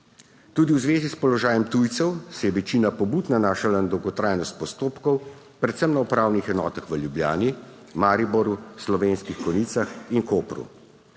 Tudi v zvezi s položajem tujcev se je večina pobud nanašala na dolgotrajnost postopkov, predvsem na upravnih enotah v Ljubljani, Mariboru, Slovenskih Konjicah in Kopru.